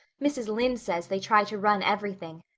mrs. lynde says they try to run everything.